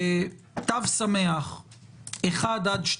אנחנו עובדים על הדבר הזה כבר כמה זמן,